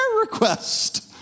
request